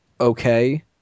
okay